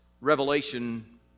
revelation